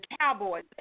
Cowboys